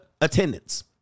attendance